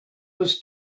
was